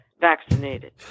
vaccinated